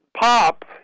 pop